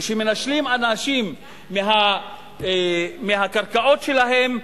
כשמנשלים אנשים מהקרקעות שלהם,